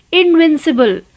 invincible